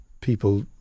People